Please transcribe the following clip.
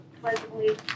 pleasantly